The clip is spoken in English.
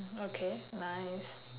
okay nice